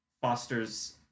fosters